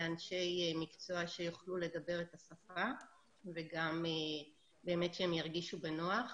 אנשי מקצוע שיוכלו לדבר את השפה וגם באמת שהם ירגישו בנוח.